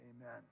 Amen